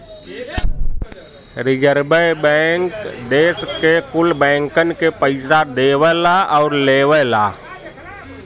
रीजर्वे bank देस के कुल बैंकन के पइसा देवला आउर लेवला